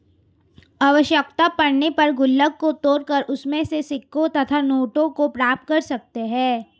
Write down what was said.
आवश्यकता पड़ने पर गुल्लक को तोड़कर उसमें से सिक्कों तथा नोटों को प्राप्त कर सकते हैं